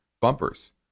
bumpers